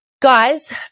Guys